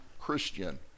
Christian